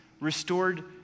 restored